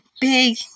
Big